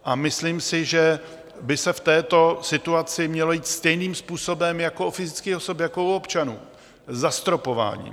A myslím si, že by se v této situaci mělo jít stejným způsobem jako u fyzických osob, jako u občanů zastropováním.